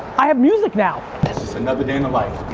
i have music now. this is another day in the life.